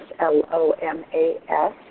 L-O-M-A-S